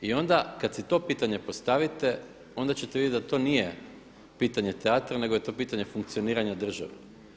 I onda kad si to pitanje postavite onda ćete vidjeti da to nije pitanje teatra nego je to pitanje funkcioniranja države.